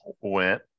went